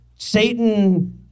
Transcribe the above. satan